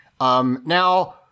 Now